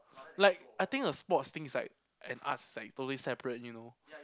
like I think a sports things like and arts like totally separate you know